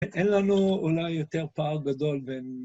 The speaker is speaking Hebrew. אין לנו אולי יותר פער גדול בין...